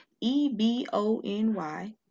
E-B-O-N-Y